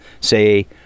say